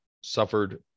suffered